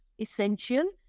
essential